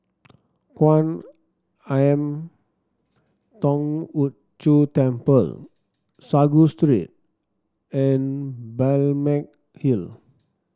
Kwan Im Thong Hood Cho Temple Sago Street and Balmeg Hill